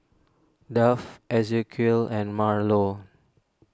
Duff Ezequiel and Marlo